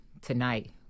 tonight